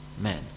men